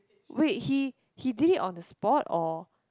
wait he he did it on the spot or